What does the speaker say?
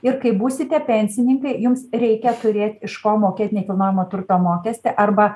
ir kai būsite pensininkai jums reikia turėt iš ko mokėt nekilnojamo turto mokestį arba